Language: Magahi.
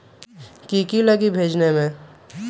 की की लगी भेजने में?